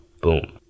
Boom